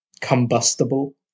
combustible